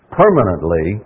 permanently